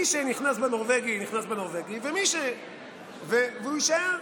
מי שנכנס בנורבגי נכנס בנורבגי והוא יישאר.